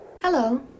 Hello